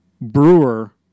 brewer